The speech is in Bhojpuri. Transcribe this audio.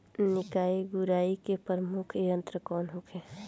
निकाई गुराई के प्रमुख यंत्र कौन होखे?